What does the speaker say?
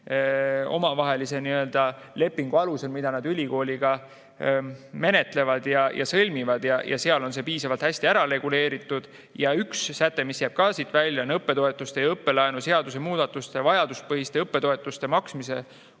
ja Teadusministeeriumi lepingu alusel, mida nad ülikooliga menetlevad ja mille sõlmivad. Seal on see piisavalt hästi ära reguleeritud. Ja üks säte, mis jääb ka siit välja, on õppetoetuste ja õppelaenu seaduse muudatus: vajaduspõhiste õppetoetuste maksmise kord.